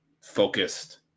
focused